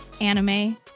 anime